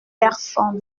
personnes